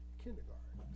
kindergarten